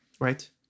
Right